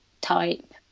type